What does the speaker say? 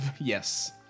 Yes